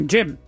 Jim